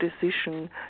decision